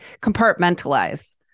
compartmentalize